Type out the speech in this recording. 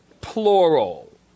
plural